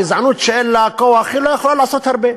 גזענות שאין לה כוח לא יכולה לעשות הרבה,